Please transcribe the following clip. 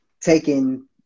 taking